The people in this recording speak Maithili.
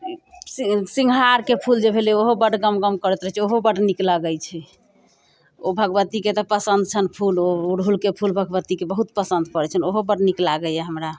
सी सिंँगारहारके फूल जे भेलै ओहो बड गम गम करैत रहैत छै ओहो बड नीक लगैत छै ओ भगबतीके तऽ पसन्द छनि फूल ओ अड़हुलके फूल भगबतीके बहुत पसन्द पड़ैत छनि ओहो बड़ नीक लागैया हमरा